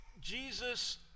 Jesus